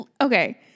Okay